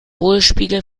hohlspiegel